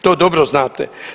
To dobro znate.